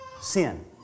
sin